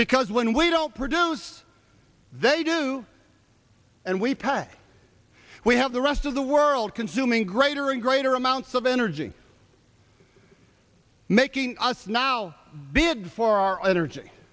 because when we don't produce they do and we pay we have the rest of the world consuming greater and greater amounts of energy making us now big for our energy